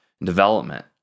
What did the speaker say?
development